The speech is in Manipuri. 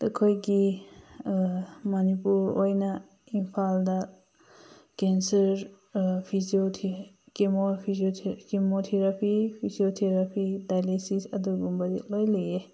ꯑꯗꯨ ꯑꯩꯈꯣꯏꯒꯤ ꯃꯅꯤꯄꯨꯔ ꯑꯣꯏꯅ ꯏꯝꯐꯥꯜꯗ cancer chemo chemo therapy physio therapy dialysis ꯑꯗꯨꯒꯨꯝꯕ ꯂꯣꯏꯅ ꯂꯩꯌꯦ